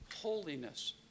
holiness